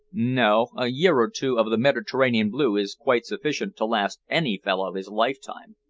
no. a year or two of the mediterranean blue is quite sufficient to last any fellow his lifetime.